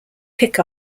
pick